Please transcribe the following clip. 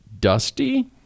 dusty